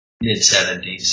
mid-70s